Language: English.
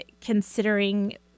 considering